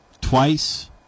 twice